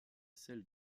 celle